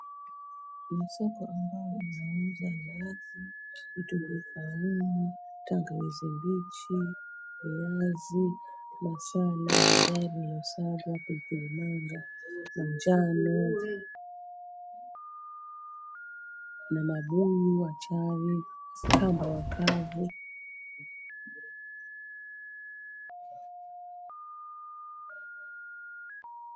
Ni soko ambalo linauza nazi, vitunguu saumu, tangawizi mbichi, viazi, masala, bizari iliyosagwa, pilipili manga, manjano na mabuyu wa chari, kamba wakavu.